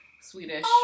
Swedish